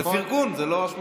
זה פרגון, זו לא השמצה.